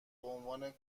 بعنوان